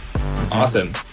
Awesome